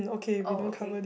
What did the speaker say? oh okay